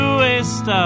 waste